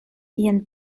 vian